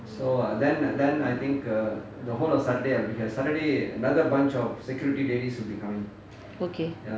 okay